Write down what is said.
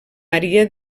àrea